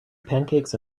pancakes